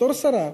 בתור שרה,